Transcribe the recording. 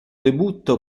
debutto